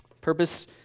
Purpose